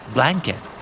Blanket